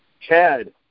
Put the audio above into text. Chad